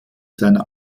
seiner